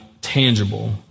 tangible